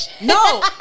No